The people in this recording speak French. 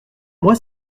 moi